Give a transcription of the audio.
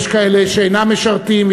יש כאלה שאינם משרתים,